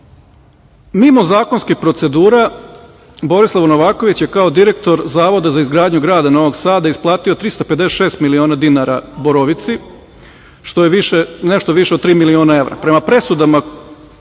mimo zakonskih procedura Borislav Novaković je kao direktor Zavoda za izgradnju grada Novog Sada isplatio 356 miliona dinara Borovici, što je nešto više od tri miliona evra.